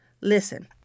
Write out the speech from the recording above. Listen